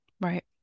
Right